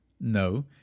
No